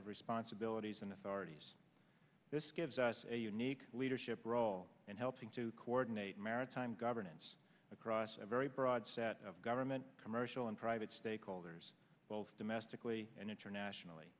of responsibilities and authorities this gives us a unique leadership role in helping to coordinate maritime governance across a very broad set of government commercial and private stakeholders both domestically and internationally